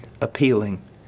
appealing